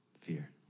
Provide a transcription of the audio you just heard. fear